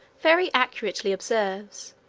very accurately observes,